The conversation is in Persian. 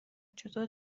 چطور